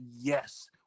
Yes